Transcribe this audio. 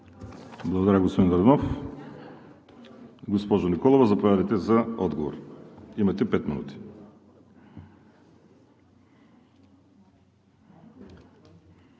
Благодаря, господин Йорданов. Госпожо Николова, заповядайте за отговор. Имате пет минути.